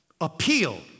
appeal